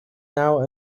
now